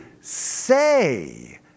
say